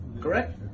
Correct